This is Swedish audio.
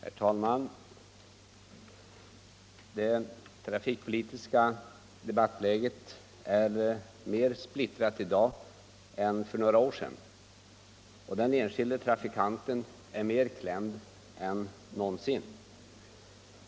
Herr talman! Det trafikpolitiska debattläget är mer splittrat i dag än för några år sedan. Och den enskilde trafikanten är mer klämd än någonsin.